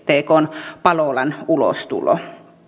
sttkn palolan ulostulo